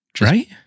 Right